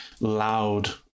loud